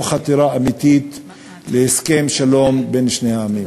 או של חתירה אמיתית להסכם שלום בין שני העמים.